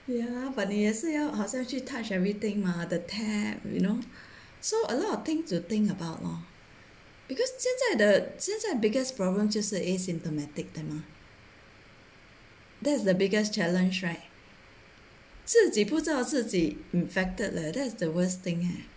ya but 你也是要好像去 touch everything mah the tap you know so a lot of thing to think about lor because 现在的现在 biggest problem 就是 asymptomatic 的嘛 that is the biggest challenge right 自己不知道自己 infected leh that is the worst thing leh